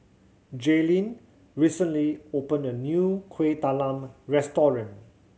Jailene recently opened a new Kueh Talam restaurant